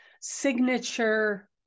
Signature